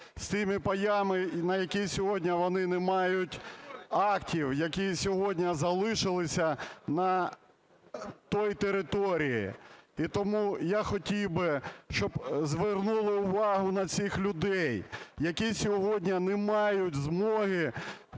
з тими паями, на які сьогодні вони не мають актів, які сьогодні залишилися на тій території. І тому я хотів би, щоб звернули увагу на цих людей, які сьогодні не мають змоги